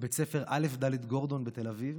בבית הספר א"ד גורדון בתל אביב,